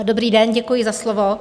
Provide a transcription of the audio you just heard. Dobrý den, děkuji za slovo.